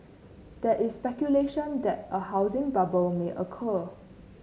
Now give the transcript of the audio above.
there is speculation that a housing bubble may occur